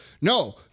No